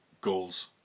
goals